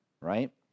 right